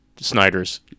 Snyder's